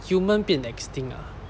human 变 extinct ah